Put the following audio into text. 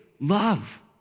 love